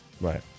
Right